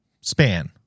span